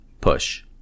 push